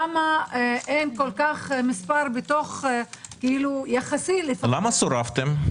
למה אין מספר יחסית- - למה סורבתם?